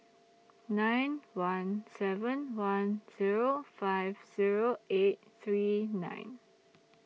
nine one seven one Zero five Zero eight three nine